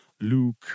Luke